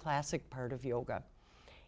classic part of yoga